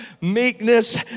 meekness